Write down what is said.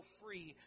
free